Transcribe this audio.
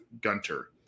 Gunter